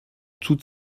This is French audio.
toute